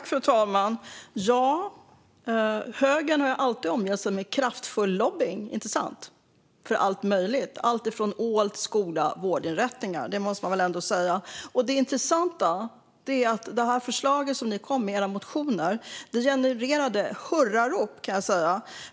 Fru talman! Högern har alltid omgett sig med kraftfull lobbning för allt möjligt, inte sant? Det har gällt alltifrån ål till skola och vårdinrättningar. Det måste man väl ändå säga. Det intressanta är att det förslag som ni kom med i era motioner genererade hurrarop.